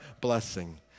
blessing